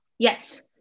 Yes